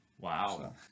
Wow